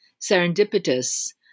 serendipitous